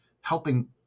helping